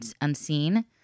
unseen